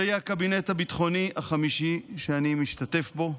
זה יהיה הקבינט הביטחוני החמישי שאני משתתף בו.